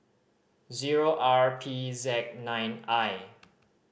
zero R P Z nine I